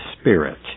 Spirit